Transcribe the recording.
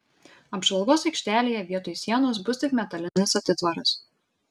apžvalgos aikštelėje vietoj sienos bus tik metalinis atitvaras